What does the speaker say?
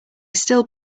still